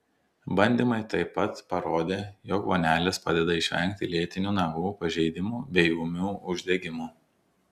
bandymai taip pat parodė jog vonelės padeda išvengti lėtinių nagų pažeidimų bei ūmių uždegimų